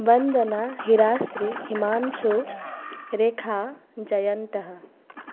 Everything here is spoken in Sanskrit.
वन्दना हिराश्री हिमांशु रेखा जयन्तः